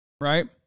Right